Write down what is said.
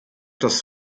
das